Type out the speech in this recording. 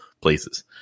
places